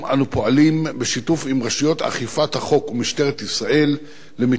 אנו פועלים בשיתוף עם רשויות אכיפת החוק ומשטרת ישראל למיצוי